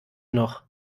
noch